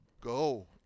go